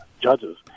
judges